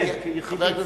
כיחידים,